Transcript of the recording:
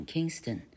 Kingston